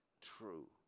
true